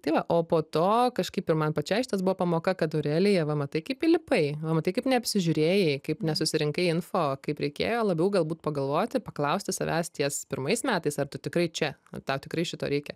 tai va o po to kažkaip ir man pačiai šitas buvo pamoka kad aurelija va matai kaip įlipai va matai kaip neapsižiūrėjai kaip nesusirinkai info kaip reikėjo labiau galbūt pagalvoti paklausti savęs ties pirmais metais ar tu tikrai čia tau tikrai šito reikia